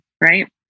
right